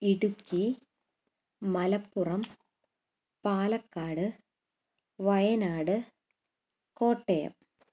Idukki Malappuram Palakkad Wayanad Kottayam